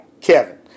Kevin